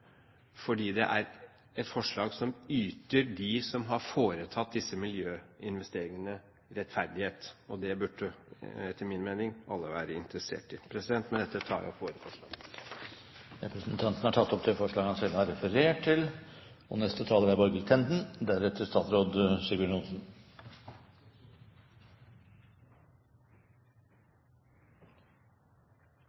fordi det er et forslag som yter dem som har foretatt disse miljøinvesteringene, rettferdighet. Det burde etter min mening alle være interessert i. Med dette tar jeg opp våre forslag. Representanten Hans Olav Syversen har tatt opp de forslag har refererte til. Venstre har en overordnet målsetting om å endre hele skatte- og